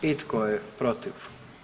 I tko je protiv?